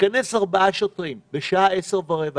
להיכנס ארבעה שוטרים בשעה 10:15,